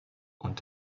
und